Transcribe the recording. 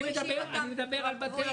אני מדבר על בתי חולים.